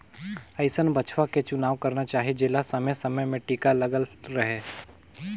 अइसन बछवा के चुनाव करना चाही जेला समे समे में टीका लगल रहें